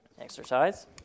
Exercise